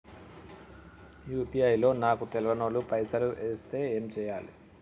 UPI లో నాకు తెల్వనోళ్లు పైసల్ ఎస్తే ఏం చేయాలి?